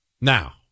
Now